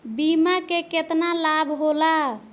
बीमा के केतना लाभ होला?